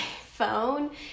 phone